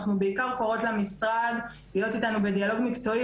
אנחנו בעיקר קוראות למשרד להיות איתנו בדיאלוג מקצועי,